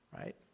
right